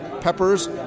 peppers